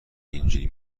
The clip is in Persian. اینجوری